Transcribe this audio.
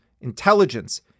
intelligence